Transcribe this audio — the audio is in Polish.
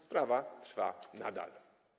Sprawa trwa nadal.